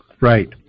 Right